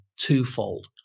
twofold